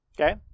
Okay